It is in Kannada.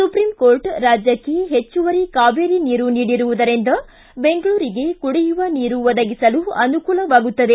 ಸುಪ್ರಿಂ ಕೋರ್ಟ್ ರಾಜ್ಯಕ್ಷೆ ಹೆಚ್ಚುವರಿ ಕಾವೇರಿ ನೀರು ನೀಡಿರುವುದರಿಂದ ಬೆಂಗಳೂರಿಗೆ ಕುಡಿಯುವ ನೀರು ಒದಗಿಸಲು ಅನುಕೂಲವಾಗುತ್ತದೆ